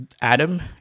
adam